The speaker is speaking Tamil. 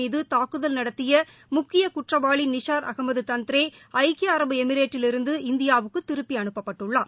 மீதுதாக்குதல் நடத்தியமுக்கியகுற்றவாளிநிஷாா் அகமதுதந்த்ரே ஐக்கிய அரபு எமிரேட்டிலிருந்து இந்தியாவுக்குதினுப்பிஅனுப்பப்பட்டுள்ளார்